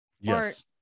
yes